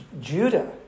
Judah